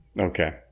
Okay